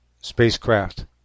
spacecraft